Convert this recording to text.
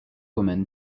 woman